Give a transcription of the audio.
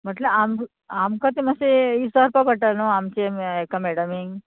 म्हटल्यार आम आमकां तें मात्शें विसारपा पडटा न्हू आमचें हाका मॅडमींक